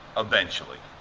eventually.